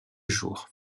jours